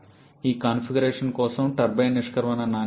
ఈ కాన్ఫిగరేషన్ కోసం టర్బైన్ నిష్క్రమణ నాణ్యత 0